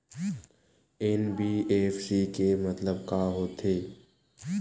NBFC के मतलब का होथे?